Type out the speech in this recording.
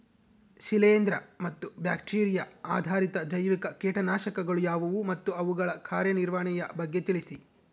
ಶಿಲೇಂದ್ರ ಮತ್ತು ಬ್ಯಾಕ್ಟಿರಿಯಾ ಆಧಾರಿತ ಜೈವಿಕ ಕೇಟನಾಶಕಗಳು ಯಾವುವು ಮತ್ತು ಅವುಗಳ ಕಾರ್ಯನಿರ್ವಹಣೆಯ ಬಗ್ಗೆ ತಿಳಿಸಿ?